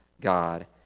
God